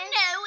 no